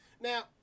Now